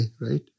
right